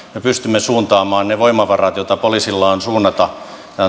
pystymme suuntaamaan ne voimavarat joita poliisilla on suunnata